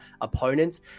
opponents